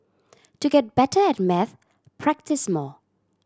to get better at maths practise more